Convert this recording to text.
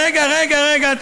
בוא נחליט מה, רגע, רגע, רגע.